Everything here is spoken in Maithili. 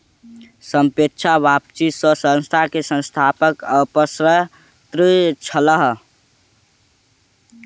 सापेक्ष वापसी सॅ संस्थान के संस्थापक अप्रसन्न छलाह